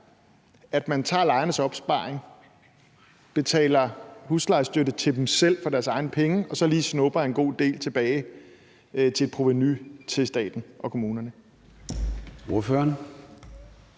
at man tager lejernes opsparing, betaler huslejestøtte til dem selv for deres egne penge og så lige snupper en god del tilbage til et provenu til staten og kommunerne?